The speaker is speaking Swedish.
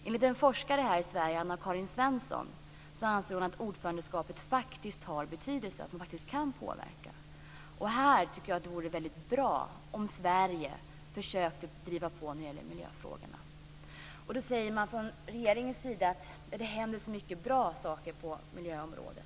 Den svenska forskaren Anna-Karin Svensson anser att ordförandeskapet faktiskt har betydelse och innebär en möjlighet att påverka. Därför tycker jag att det vore väldigt bra om Sverige försökte driva på när det gäller miljöfrågorna. Från regeringens sida säger man att det händer så många bra saker på miljöområdet.